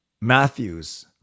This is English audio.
Matthews